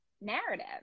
narrative